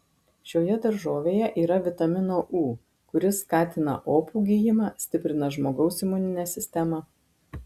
šioje daržovėje yra vitamino u kuris skatina opų gijimą stiprina žmogaus imuninę sistemą